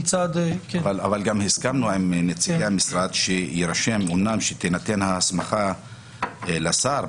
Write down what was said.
אבל גם הסכמנו עם נציגי המשרד שיירשם שאומנם תינתן ההסמכה לשר,